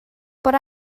but